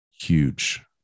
huge